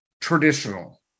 traditional